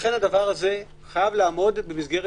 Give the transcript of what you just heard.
לכן זה חייב לעמוד במסגרת